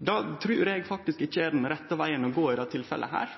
Det trur eg faktisk ikkje er den rette vegen å gå i dette tilfellet.